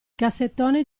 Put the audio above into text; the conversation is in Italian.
cassettone